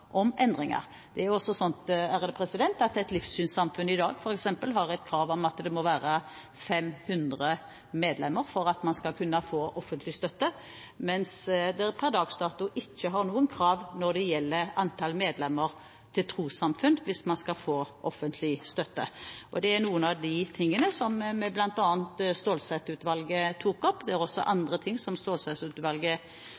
om endringer. Det er også sånn at et livssynssamfunn i dag f.eks. har et krav om 500 medlemmer for å kunne få offentlig støtte, mens det per dags dato ikke er noen krav til antall medlemmer i trossamfunn for å få offentlig støtte. Det er noen av tingene som bl.a. Stålsett-utvalget tok opp. Det er også andre ting som